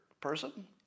person